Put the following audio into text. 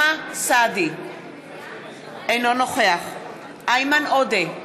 אינו נוכח איימן עודה,